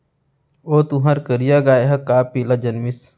ओ तुंहर करिया गाय ह का पिला जनमिस?